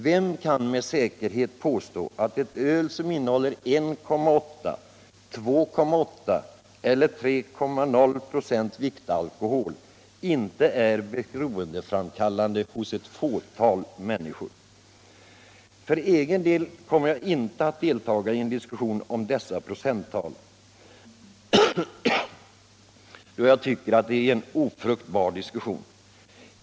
Vem kan med säkerhet påstå att ett öl som innehåller 1,8, 2,8 eller 3,0 viktprocent alkohol inte är beroendeframkallande hos ett fåtal människor? För egen del kommer jag inte att delta i en diskussion om dessa procenttal, då jag tycker att det är en ofruktbar diskussion.